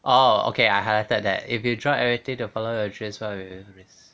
orh okay I highlighted that if you drop everything to follow your dreams what will you risk